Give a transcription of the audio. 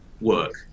work